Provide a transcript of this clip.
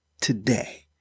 today